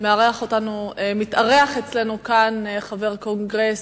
מתארח אצלנו חבר קונגרס.